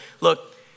Look